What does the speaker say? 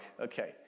Okay